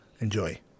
Enjoy